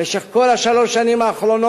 במשך כל שלוש השנים האחרונות,